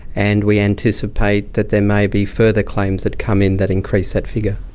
and we anticipate that there may be further claims that come in that increase that figure.